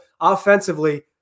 offensively